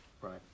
Right